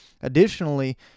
additionally